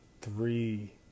three